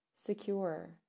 secure